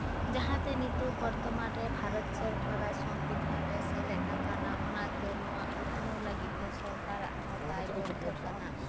ᱡᱟᱦᱟᱸᱛᱮ ᱱᱤᱛᱚᱜ ᱵᱚᱨᱛᱚᱢᱟᱱ ᱨᱮ ᱵᱷᱟᱨᱚᱛ ᱥᱚᱨᱠᱟᱨᱟᱜ ᱥᱚᱝᱵᱤᱫᱷᱟᱱ ᱥᱮᱞᱮᱫ ᱟᱠᱟᱱᱟ ᱚᱱᱟᱛᱮ ᱱᱚᱣᱟ ᱩᱛᱱᱟᱹᱣ ᱞᱟᱹᱜᱤᱫ ᱛᱮ ᱥᱚᱨᱠᱟᱨᱟᱜ ᱦᱚᱸ ᱫᱟᱭᱵᱚᱫᱽᱫᱷᱚ ᱠᱟᱱᱟ